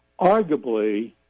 arguably